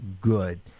good